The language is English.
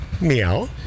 Meow